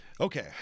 Okay